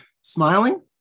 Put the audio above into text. smiling